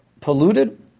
polluted